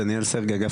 דניאל שגב,